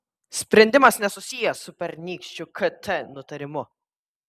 spendimas nesusijęs su pernykščiu kt nutarimu